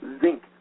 zinc